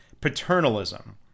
paternalism